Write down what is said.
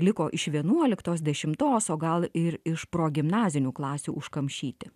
liko iš vienuoliktos dešimtos o gal ir iš progimnazinių klasių užkamšyti